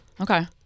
Okay